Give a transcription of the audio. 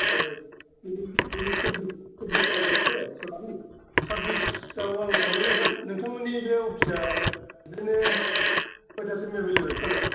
आङो दिनै दिनै सब्बिस सब्बिस आगष्टथ' साब्बिसयाव आङो थांनाय जागोन नोंथांमोननि बे अफिसा बिदिनो खयथासिम एभेलेबेल फालाय